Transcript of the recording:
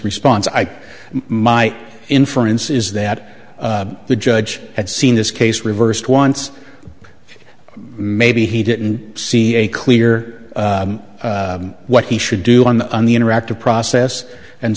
response i my inference is that the judge had seen this case reversed once maybe he didn't see a clear what he should do on the on the interactive process and